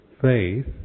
faith